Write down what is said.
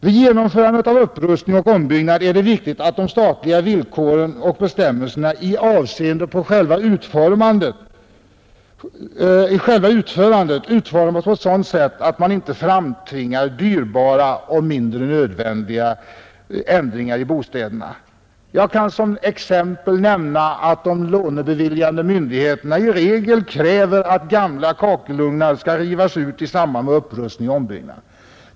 Vid genomförandet av upprustningar och ombyggnader är det viktigt att de statliga villkoren och bestämmelserna i avseende på utförandet utformas så, att man inte framtvingar dyrbara och mindre nödvändiga ändringar i bostäderna. Jag kan som exempel nämna att de lånebeviljande myndigheterna i regel kräver att gamla kakelugnar skall rivas ut i samband med upprustning och ombyggnad.